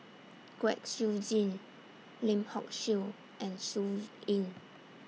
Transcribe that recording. Kwek Siew Jin Lim Hock Siew and Sun Yee